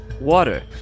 Water